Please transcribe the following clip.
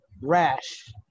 rash